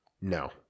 No